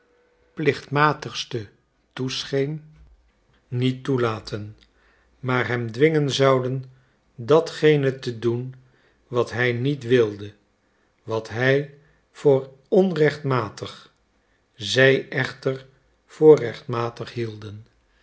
plichtmatigste toescheen niet toelaten maar hem dwingen zouden datgene te doen wat hij niet wilde wat hij voor onrechtmatig zij echter voor rechtmatig hielden